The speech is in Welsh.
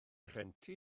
rhentu